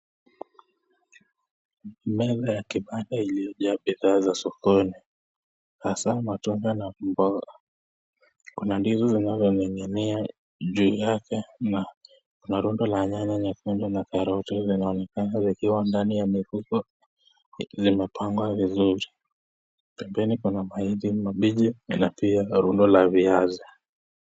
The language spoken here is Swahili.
Mbele ya kibanda iliyojaa bidhaa za sokoni, hasa matunda na mboga, kuna ndizi zinazo ning'inia juu yake na kuna rundo la nyanya nyekundu na karoti linaonekana likiwa ndani ya mifuko zimepangwa vizuri, pembeni kuna mahindi mabichi na pia rundo la viazi,